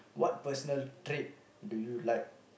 what personal trait do you like